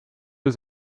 ist